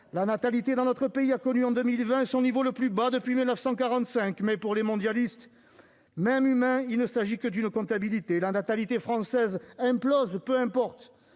La natalité dans notre pays a connu en 2020 son niveau le plus bas depuis 1945, mais, pour les mondialistes, même humains, il ne s'agit que d'une comptabilité. La natalité française implose ? Peu importe